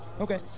Okay